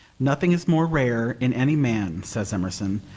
nothing is more rare in any man says emerson,